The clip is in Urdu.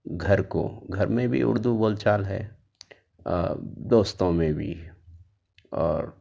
گھر کو گھر میں بھی اردو بول چال ہے دوستوں میں بھی اور